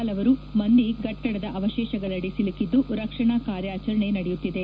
ಪಲವಾರು ಮಂದಿ ಕಟ್ಟಡದ ಅವಶೇಷಗಳಡಿ ಸಿಲುಕಿದ್ದು ರಕ್ಷಣಾ ಕಾರ್ಯಾಚರಣೆ ನಡೆಯುತ್ತಿದೆ